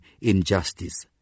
injustice